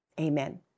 amen